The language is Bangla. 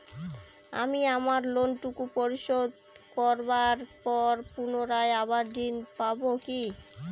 আমি আমার লোন টুকু পরিশোধ করবার পর পুনরায় আবার ঋণ পাবো কি?